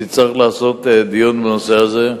תצטרך לעשות דיון בנושא הזה.